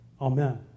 Amen